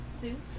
suit